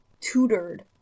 tutored